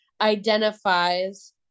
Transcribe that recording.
identifies